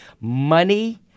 Money